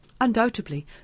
Undoubtedly